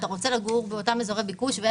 אתה רוצה לגור באותם אזורי ביקוש אבל בגלל